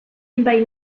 bai